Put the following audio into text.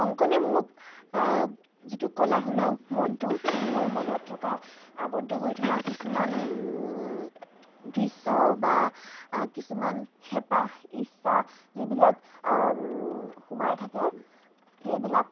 অংকণে মোক যিটো কলা সুলভ মনটো মোৰ মনত থকা আবদ্ধ হৈ থকা কিছুমান দৃশ্য বা কিছুমান হেঁপাহ ইচ্ছা যিবিলাক সোমাই থাকে সেইবিলাক